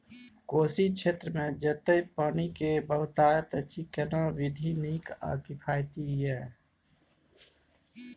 कोशी क्षेत्र मे जेतै पानी के बहूतायत अछि केना विधी नीक आ किफायती ये?